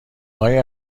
های